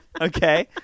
Okay